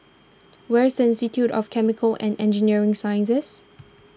where is Institute of Chemical and Engineering Sciences